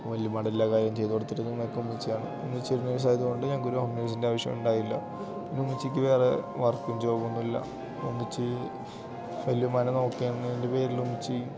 വല്യുമ്മായുടെ എല്ലാ കാര്യം ചെയ്തു കൊടുത്തിരുന്നതും ഒക്കെ ഉമ്മച്ചിയാണ് ഉമ്മച്ചി ഒരു നഴ്സ് ആയത് കൊണ്ട് ഞങ്ങൾക്ക് ഒരു ഹോം നഴ്സിൻ്റെ ആവശ്യം ഉണ്ടായില്ല പിന്ന ഉമ്മച്ചിക്ക് വേറെ വർക്കും ജോബ് ഒന്നുമില്ല ഉമ്മച്ചി വല്യുമ്മാനെ നോക്കിയതിൻ്റെ പേരിൽ ഉമ്മച്ചി